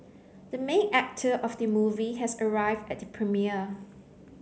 the main actor of the movie has arrived at the premiere